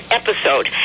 episode